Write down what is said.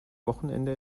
wochenende